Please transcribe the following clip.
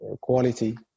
quality